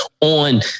on